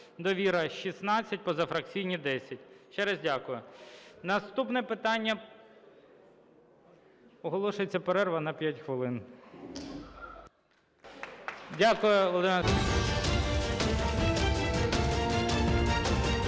"Довіра" – 16, позафракційні – 10. Ще раз дякую. Наступне питання... Оголошується перерва на 5 хвилин. Дякую,